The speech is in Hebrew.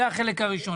זה החלק הראשון.